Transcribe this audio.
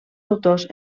autors